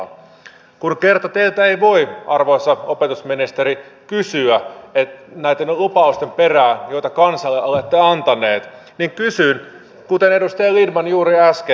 kun kerta teiltä ei voi arvoisa opetusministeri kysyä näitten lupausten perään joita kansalle olette antanut niin kysyn kuten edustaja lindtman juuri äsken